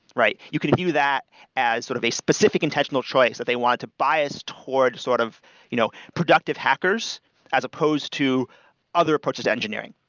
you can view that as sort of a specific intentional choice that they want to bias towards sort of you know productive hackers as supposed to other approaches to engineering.